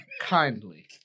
Kindly